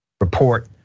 report